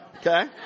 Okay